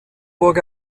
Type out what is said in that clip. burg